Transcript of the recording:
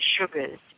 sugars